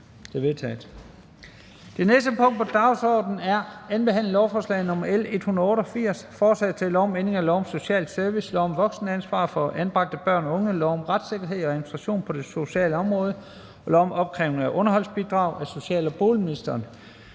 Det næste punkt på dagsordenen er: 37) 2. behandling af lovforslag nr. L 188: Forslag til lov om ændring af lov om social service, lov om voksenansvar for anbragte børn og unge, lov om retssikkerhed og administration på det sociale område og lov om opkrævning af underholdsbidrag. (Ændring af reglerne